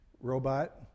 robot